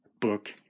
book